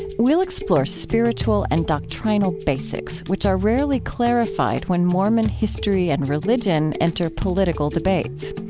we'll explore spiritual and doctrinal basics which are rarely clarified when mormon history and religion enter political debates.